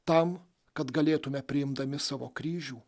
tam kad galėtume priimdami savo kryžių